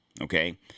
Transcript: okay